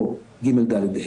היה